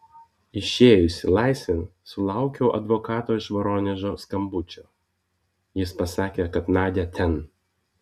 išėjusi laisvėn sulaukiau advokato iš voronežo skambučio jis pasakė kad nadia ten